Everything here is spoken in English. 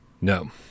no